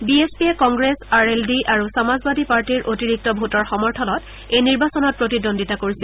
B S পিয়ে কংগ্লেছ আৰ L D আৰু সমাজবাদী পাৰ্টিৰ অতিৰিক্ত ভোটৰ সমৰ্থনত এই নিৰ্বাচনত প্ৰতিদ্বন্দিতা কৰিছিল